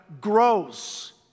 grows